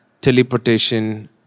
teleportation